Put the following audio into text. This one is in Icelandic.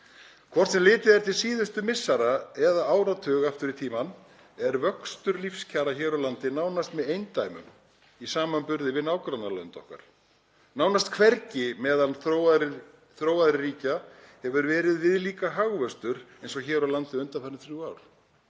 Hvort sem litið er til síðustu missera eða áratug aftur í tímann er vöxtur lífskjara hér á landi nánast með eindæmum í samanburði við nágrannalönd okkar. Nánast hvergi meðal þróaðra ríkja hefur verið viðlíka hagvöxtur eins og hér á landi undanfarin þrjú ár,